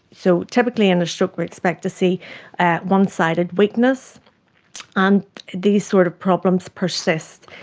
so typically in a stroke we expect to see one-sided weakness and these sort of problems persist.